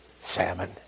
salmon